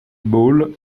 ball